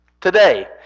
today